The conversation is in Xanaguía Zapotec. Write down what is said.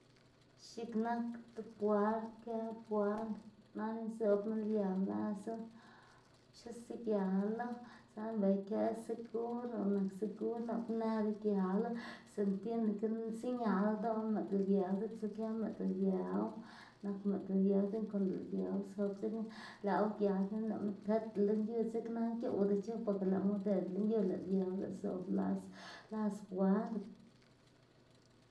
x̱iꞌk nak ti puert kë puert nana izobma liëw lazu xnuse gialu saꞌnde bela kë segur o nak segur nap nëdu gialu sinda tiene que ziñal ldoꞌ mëꞌd liëw diꞌt zikë mëꞌd liëw nak mëꞌd liëw dzekna konda lëꞌ liëw zob dzekna lëꞌwu gial dzekna lëꞌma tedla lën yu dzekna gioꞌwdac̲h̲u boke lëꞌma udedla lën yu lëꞌ liëw lëꞌ zobla las las puert.